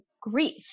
grief